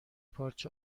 پارچ